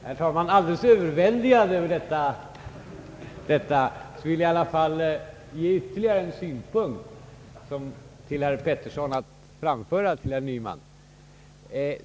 Herr talman! Alldeles överväldigad av detta vill jag i alla fall ge ytterligare en synpunkt till herr Peterson att framföra till herr Nyman.